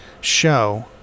show